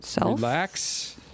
relax